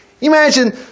Imagine